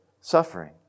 suffering